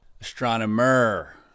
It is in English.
Astronomer